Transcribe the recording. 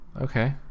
Okay